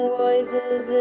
voices